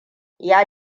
ya